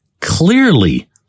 clearly